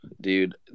dude